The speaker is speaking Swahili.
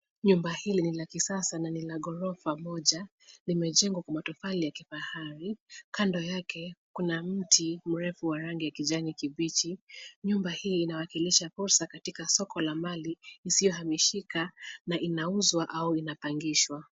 Nyumba hili ni la kisasa na ni la ghorofa moja, limejengwa kwa matofali ya kifahari. Kando yake kuna mti mrefu wa rangi ya kijani kibichi. Nyumba hii inawakilisha posa katika soko la mali isiyohamishika na inauzwa au inapangishwa.